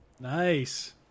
nice